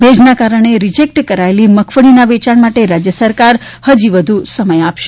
ભેજના કારણે રીજેક્ટ કરાયેલી મગફળીના વેચાણ માટે રાજ્ય સરકાર હજી વધુ સમય આપશે